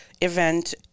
event